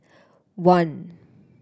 one